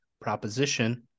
proposition